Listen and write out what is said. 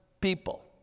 people